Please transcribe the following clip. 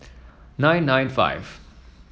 nine nine five